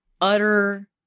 utter